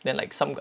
then like some got